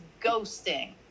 ghosting